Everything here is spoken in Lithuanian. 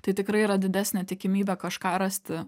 tai tikrai yra didesnė tikimybė kažką rasti